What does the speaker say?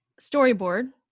storyboard